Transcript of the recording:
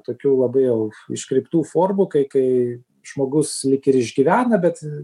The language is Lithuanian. tokių labai jau iškreiptų formų kai kai žmogus lyg ir išgyvena bet